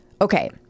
okay